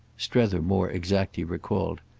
strether more exactly recalled.